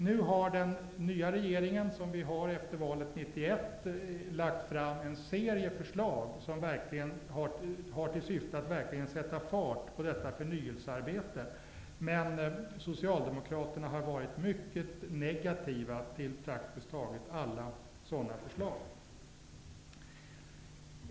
Nu har den nya regering som vi har efter valet 1991 lagt fram en serie förslag som har till syfte att verkligen sätta fart på detta förnyelsearbete. Men Socialdemokraterna har varit mycket negativa till praktiskt taget alla sådana förslag.